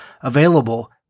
available